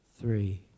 three